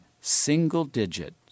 single-digit